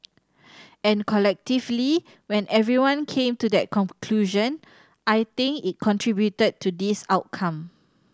and collectively when everyone came to that conclusion I think it contributed to this outcome